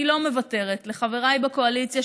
אני לא מוותרת לחבריי בקואליציה,